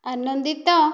ଆନନ୍ଦିତ